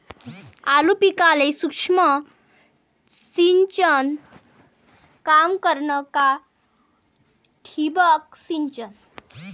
आलू पिकाले सूक्ष्म सिंचन काम करन का ठिबक सिंचन?